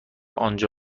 آنجا